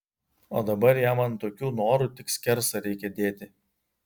o dabar jam ant tokių norų tik skersą reikia dėti